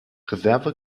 reserve